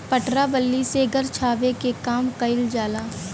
पटरा बल्ली से घर छावे के काम कइल जाला